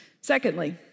Secondly